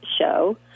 show